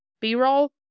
B-roll